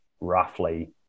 roughly